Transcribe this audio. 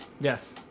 Yes